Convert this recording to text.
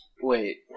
Wait